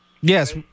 yes